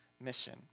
mission